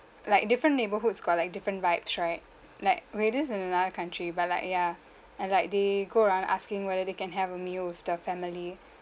like different neighbourhoods got like different vibes right like okay this is in another country but like ya and like they go around asking whether they can have a meal with the family